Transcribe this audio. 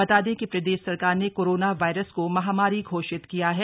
बता दें कि प्रदेश सरकार ने कोरोना वायरस को महामारी घोषित किया है